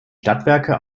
stadtwerke